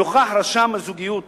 נוכח רשם הזוגיות